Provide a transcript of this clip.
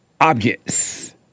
objects